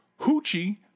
Hoochie